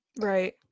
right